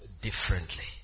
differently